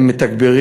הם מתגברים.